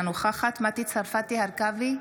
אינה נוכחת מטי צרפתי הרכבי,